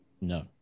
No